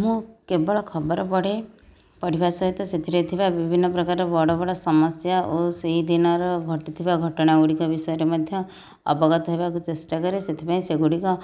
ମୁଁ କେବଳ ଖବର ପଢ଼େ ପଢ଼ିବା ସହିତ ସେଥିରେ ଥିବା ବିଭିନ୍ନପ୍ରକାର ବଡ଼ ବଡ଼ ସମସ୍ୟା ଓ ସେହିଦିନର ଘଟିଥିବା ଘଟଣା ଗୁଡ଼ିକ ବିଷୟରେ ମଧ୍ୟ ଅବଗତ ହେବାକୁ ଚେଷ୍ଟା କରେ ସେଥିପାଇଁ ସେଗୁଡ଼ିକ